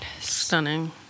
Stunning